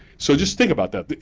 so, just think about that.